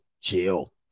Chill